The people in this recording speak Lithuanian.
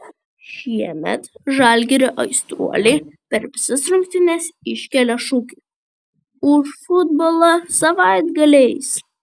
šiemet žalgirio aistruoliai per visas rungtynes iškelia šūkį už futbolą savaitgaliais